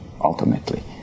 ultimately